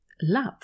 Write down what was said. love